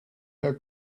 her